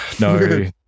no